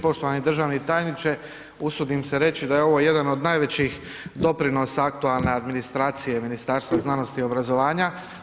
Poštovani državni tajniče usudim se reći da je ovo jedan od najvećih doprinosa aktualne administracije Ministarstva znanosti i obrazovanja.